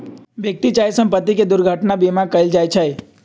व्यक्ति चाहे संपत्ति के दुर्घटना बीमा कएल जाइ छइ